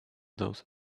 those